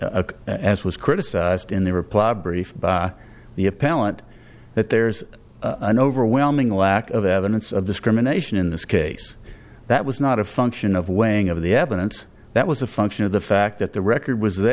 said as was criticized in the reply brief by the appellant that there's an overwhelming lack of evidence of discrimination in this case that was not a function of weighing of the evidence that was a function of the fact that the record was the